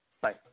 Bye